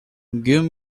give